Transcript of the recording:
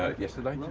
ah yesterday.